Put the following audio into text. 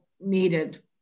needed